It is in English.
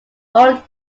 old